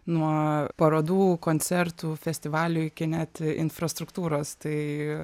nuo parodų koncertų festivalių iki net infrastruktūros tai